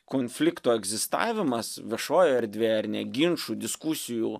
konflikto egzistavimas viešojoje erdvėj ar ne ginčų diskusijų